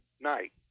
night